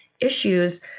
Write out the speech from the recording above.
issues